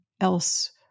else